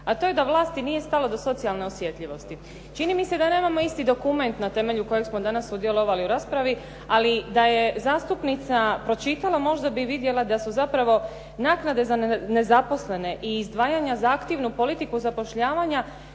a to je da vlasti nije stalo do socijalne osjetljivosti. Čini mi se da nemamo isti dokument, na temelju kojeg smo danas sudjelovali u raspravi, ali da je zastupnica pročitala, možda bi vidjela da su naknade za nezaposlene i izdvajanja za aktivnu politiku zapošljavanja